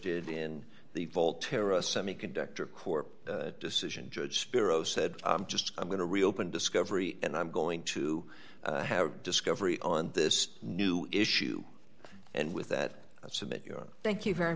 did in the volterra semiconductor corp decision judge spiro said i'm just i'm going to reopen discovery and i'm going to have discovery on this new issue and with that submit your thank you very